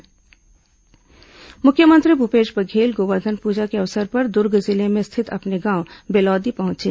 मुख्यमंत्री गोवर्धन पूजा मुख्यमंत्री भूपेश बघेल गोवर्धन पूजा के अवसर पर दुर्ग जिले में स्थित अपने गांव बेलौदी पहुंचे